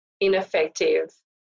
ineffective